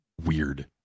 weird